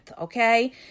okay